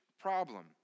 problem